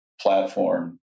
platform